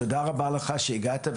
תודה רבה לך שהגעת.